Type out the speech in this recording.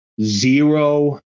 zero